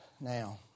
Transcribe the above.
now